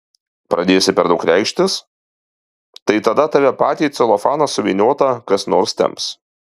pradėsi per daug reikštis tai tada tave patį į celofaną suvyniotą kas nors temps